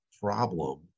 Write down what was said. problem